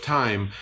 time